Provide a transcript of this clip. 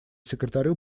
секретарю